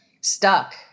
stuck